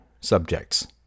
subjects